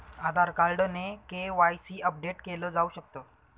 आधार card ने KYC update केल जाऊ शकत